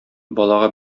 балага